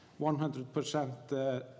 100%